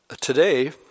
today